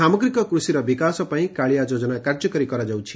ସାମଗ୍ରିକ କୃଷିର ବିକାଶ ପାଇଁ କାଳିଆ ଯୋଜନା କାର୍ଯ୍ୟକାରୀ କରାଯାଉଛି